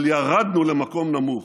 אבל ירדנו למקום נמוך.